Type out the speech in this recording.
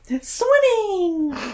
Swimming